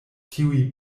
tiuj